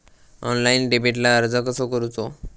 Online डेबिटला अर्ज कसो करूचो?